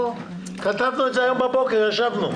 ולעניין הסדר דמי מחלה מיטיב לפי דין כאמור בסעיף 26ב(ב)(2)